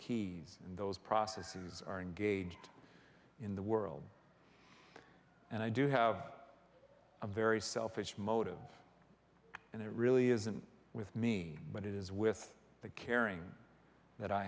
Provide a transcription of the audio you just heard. keys and those processes are engaged in the world and i do have a very selfish motive and it really isn't with me but it is with the caring that i